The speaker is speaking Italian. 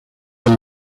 con